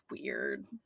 weird